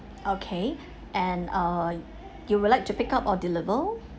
okay and err you would like to pick up or delivery